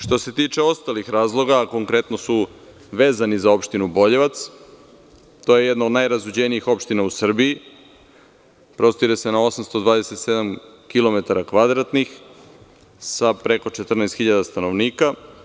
Što se tiče ostalih razloga, a konkretno su vezani za opštinu Boljevac, to je jedna od najrazuđenijih opština u Srbiji, prostire se na 827 kilometara kvadratnih sa preko 14 hiljada stanovnika.